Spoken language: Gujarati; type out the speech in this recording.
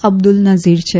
અબ્દુલ નઝીર છે